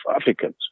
Africans